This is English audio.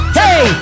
hey